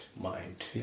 mind